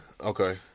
Okay